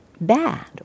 bad